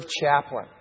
chaplain